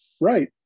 Right